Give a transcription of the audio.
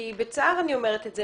כי בצער אני אומרת את זה,